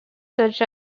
such